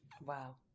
wow